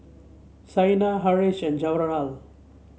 Saina Haresh and Jawaharlal